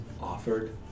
offered